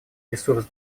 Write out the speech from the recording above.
ресурс